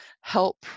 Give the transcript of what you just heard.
help